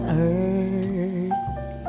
earth